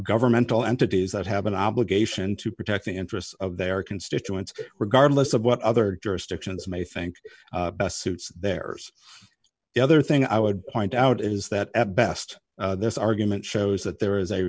governmental entities that have an obligation to protect the interests of their constituents regardless of what other jurisdictions may think best suits their the other thing i would point out is that at best this argument shows that there is a